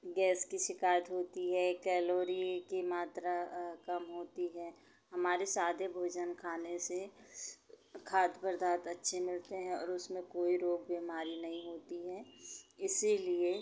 gas की शिकायत होती है कैलोरी की मात्रा कम होती है हमारे सादे भोजन खाने से खाद्य पदार्थ अच्छे मिलते हैं और उसमें कोई रोग बीमारी नहीं होती है इसीलिए